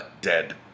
Dead